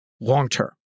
long-term